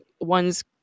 one's